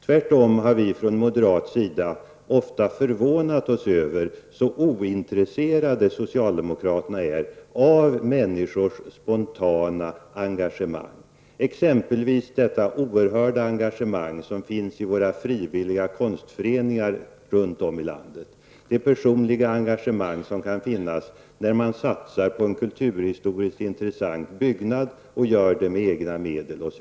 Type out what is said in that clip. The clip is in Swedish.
Tvärtom, vi har från moderat sida ofta förvånat oss över hur ointresserade socialdemokraterna är av människors spontana engagemang. Det gäller t.ex. det stora engagemang som finns i våra frivilliga konstföreningar runt om i landet. Det gäller det personliga engagemang som finns när någon satsar egna medel på en kulturhistoriskt intressant byggnad.